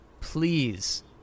Please